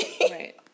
Right